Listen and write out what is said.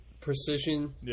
precision